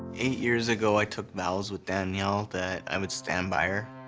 eight years ago i took vows with danielle that i would stand by her.